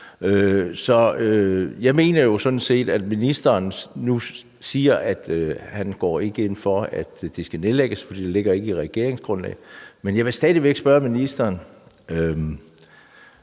Jeg mener jo sådan set, at ministeren nu siger, at han ikke går ind for, at de skal nedlægges, for det ligger ikke i regeringsgrundlaget, men jeg vil stadig væk spørge ministeren: